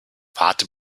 warte